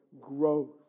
growth